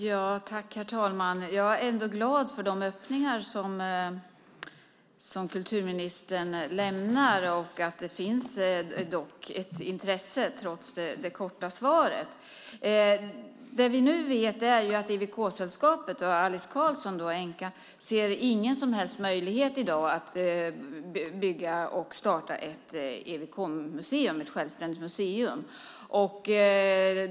Herr talman! Jag är glad för de öppningar som kulturministern ändå lämnar och att det finns ett intresse trots det korta svaret. Vi vet att EWK-sällskapet och änkan Alice Karlsson inte ser någon som helst möjlighet att i dag bygga och starta ett självständigt EWK-museum.